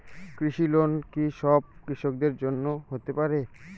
কৃষি লোন কি সব কৃষকদের জন্য হতে পারে?